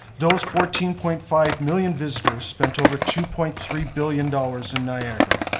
those fourteen point five million visitors spent over two point three billion dollars in niagara,